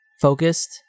focused